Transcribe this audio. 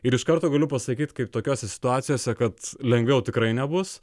ir iš karto galiu pasakyt kaip tokiose situacijose kad lengviau tikrai nebus